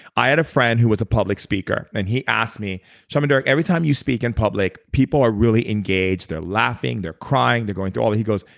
i had a friend who was a public speaker and he asked me shaman durek, every time you speak in public, people are really engaged they're laughing. they're crying. they're going through all he goes,